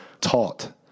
taught